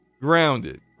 Grounded